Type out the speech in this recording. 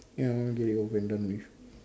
ya I wanna get it over and done with